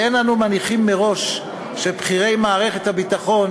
ואין אנו מניחים מראש שבכירי מערכת הביטחון